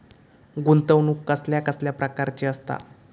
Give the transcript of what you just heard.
गुंतवणूक कसल्या कसल्या प्रकाराची असता?